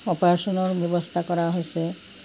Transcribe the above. অপাৰেশ্যনৰ ব্যৱস্থা কৰা হৈছে